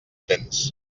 tens